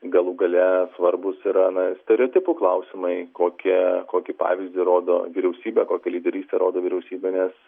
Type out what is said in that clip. galų gale svarbūs yra na stereotipų klausimai kokią kokį pavyzdį rodo vyriausybė kokią lyderystę rodo vyriausybinės